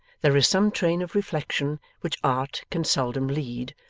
there is some train of reflection which art can seldom lead,